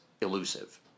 elusive